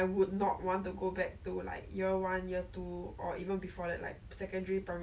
now is it's better yet sometimes like 有这种自由